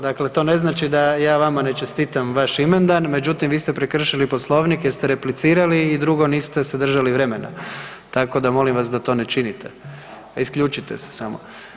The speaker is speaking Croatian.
Dakle, to ne znači da ja vama ne čestitam vaš imendan, međutim vi ste prekršili Poslovnik jer ste replicirali i drugo niste se držali vremena, tako da molim vas da to ne činite, a isključite se samo.